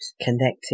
connecting